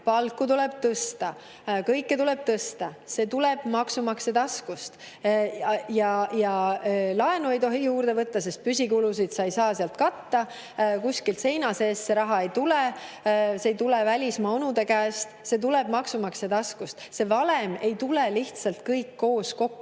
palku tuleb tõsta, kõike tuleb tõsta. See kõik tuleb maksumaksja taskust. Ja laenu ei tohi juurde võtta, sest püsikulusid ei saa [laenuga] katta. Kuskilt seina seest raha ei tule, see ei tule välismaa onude käest, see tuleb maksumaksja taskust. See valem ei tule lihtsalt kokku olukorras,